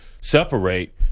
separate